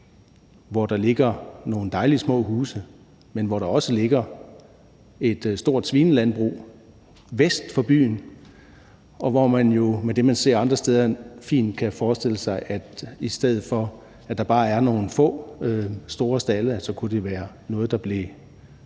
hvor der ligger nogle dejlige små huse, men hvor der også ligger et stort svinelandbrug vest for byen, og hvor man jo med det, man ser andre steder, fint kan forestille sig at det, i stedet for at der bare er nogle få store stalde, kunne være noget, der blev